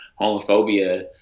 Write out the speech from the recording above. homophobia